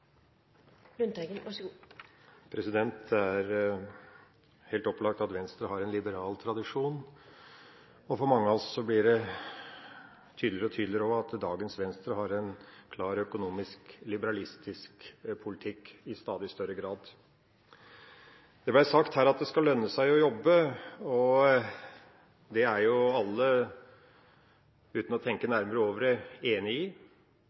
det. Det er helt opplagt av Venstre har en liberal tradisjon, og for mange av oss blir det også tydeligere og tydeligere at dagens Venstre i stadig større grad har en klar økonomisk liberalistisk politikk. Det ble sagt her at det skal lønne seg å jobbe. Det er jo alle, uten å tenke nærmere over det, enig i,